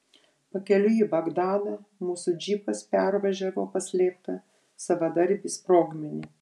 pakeliui į bagdadą mūsų džipas pervažiavo paslėptą savadarbį sprogmenį